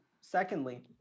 Secondly